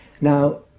Now